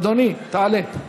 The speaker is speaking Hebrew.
אדוני, תעלה.